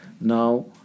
now